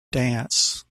dance